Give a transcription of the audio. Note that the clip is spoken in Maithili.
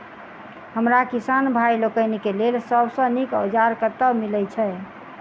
हमरा किसान भाई लोकनि केँ लेल सबसँ नीक औजार कतह मिलै छै?